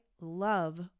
love